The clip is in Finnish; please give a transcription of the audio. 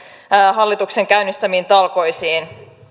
hallituksen käynnistämiin talkoisiin